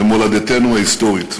במולדתנו ההיסטורית.